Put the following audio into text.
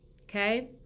Okay